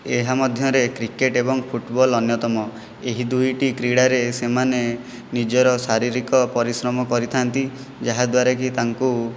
ଏହା ମଧ୍ୟରେ କ୍ରିକେଟ୍ ଏବଂ ଫୁଟବଲ୍ ଅନ୍ୟତମ ଏହି ଦୁଇଟି କ୍ରୀଡ଼ାରେ ସେମାନେ ନିଜର ଶାରୀରିକ ପରିଶ୍ରମ କରିଥାନ୍ତି ଯାହାଦ୍ୱାରାକି ତାଙ୍କୁ